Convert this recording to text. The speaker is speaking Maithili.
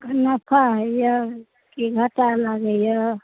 नफा होइए कि घाटा लागैए